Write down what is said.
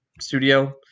Studio